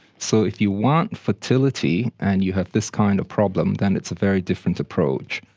so if you want fertility and you have this kind of problem then it's a very different approach.